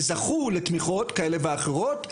וזכו לתמיכות כאלה ואחרות.